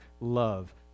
love